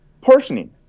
Portioning